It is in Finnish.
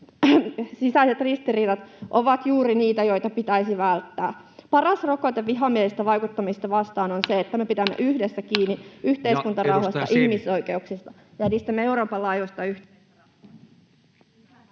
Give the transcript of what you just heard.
sisäiset ristiriidat, ovat juuri niitä, joita pitäisi välttää. Paras rokote vihamielistä vaikuttamista vastaan on se, että me pidämme yhdessä kiinni yhteiskuntarauhasta ja ihmisoikeuksista ja edistämme Euroopan laajuista yhtenäisratkaisua.